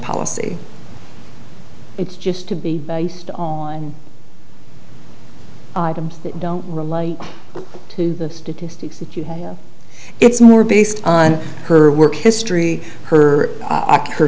policy it's just to be based on that don't relate to the statistics that you have it's more based on her work history her her